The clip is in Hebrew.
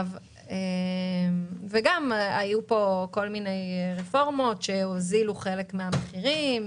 היו פה כל מיני רפורמות שהוזילו חלק מן המחירים,